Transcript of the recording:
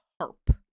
harp